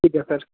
ਠੀਕ ਹੈ ਸਰ